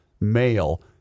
male